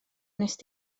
wnest